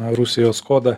rusijos kodą